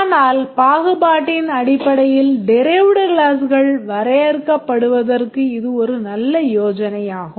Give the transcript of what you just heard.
ஆனால் பாகுபாட்டின் அடிப்படையில் derived கிளாஸ்கள் வரையறுக்கப் படுவதற்கு இது ஒரு நல்ல யோசனையாகும்